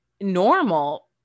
normal